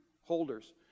holders